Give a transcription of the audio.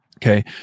Okay